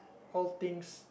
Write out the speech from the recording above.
old things